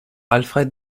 alfred